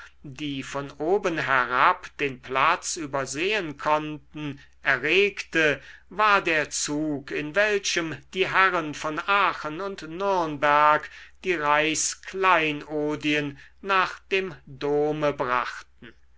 die von oben herab den platz übersehen konnten erregte war der zug in welchem die herren von aachen und nürnberg die reichskleinodien nach dem dome brachten